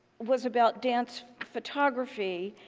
was about dance photography,